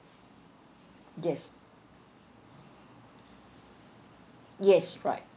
yes yes right